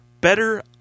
better